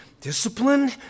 Discipline